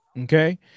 okay